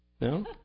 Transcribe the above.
no